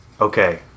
okay